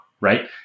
Right